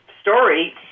story